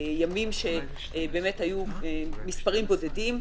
ימים שהיו מספרים בודדים,